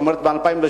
זאת אומרת ב-2008,